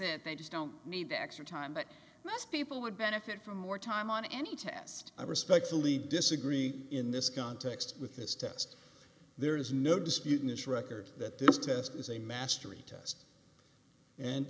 it they just don't need the extra time but most people would benefit from more time on any test i respectfully disagree in this context with this test there is no dispute in this record that this test is a mastery